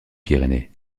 pyrénées